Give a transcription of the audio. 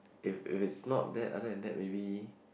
if it is not that other than that maybe